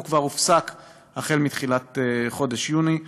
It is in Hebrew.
והוא כבר הופסק מתחילת חודש יוני.